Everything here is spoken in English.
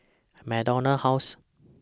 MacDonald House